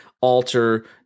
alter